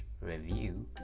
Review